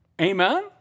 Amen